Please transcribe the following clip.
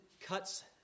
cuts